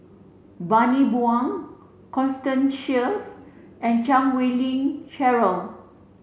Bani Buang Constance Sheares and Chan Wei Ling Cheryl